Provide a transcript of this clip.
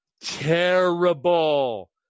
terrible